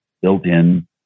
built-in